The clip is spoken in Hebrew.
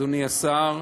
אדוני השר,